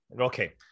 Okay